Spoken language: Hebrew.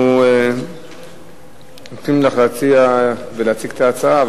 אנחנו נותנים לךְ להציע ולהציג את ההצעה,